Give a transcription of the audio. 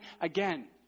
again